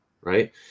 right